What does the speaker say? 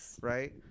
Right